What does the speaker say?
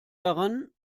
daran